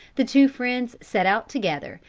the two friends set out together,